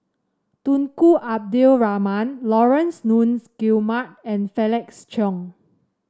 Tunku Abdul Rahman Laurence Nunns Guillemard and Felix Cheong